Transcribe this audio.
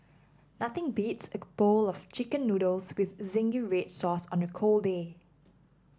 nothing beats bowl of chicken noodles with zingy red sauce on a cold day